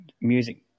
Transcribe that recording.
music